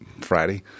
Friday